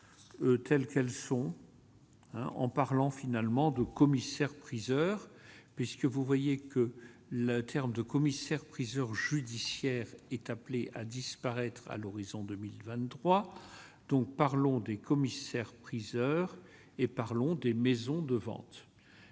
telles qu'elles sont en parlant finalement de commissaires-priseurs puisque vous voyez que le terme de commissaires-priseurs judiciaire est appelée à disparaître à l'horizon 2023, donc parlons des commissaires priseurs et parlons des maisons de vente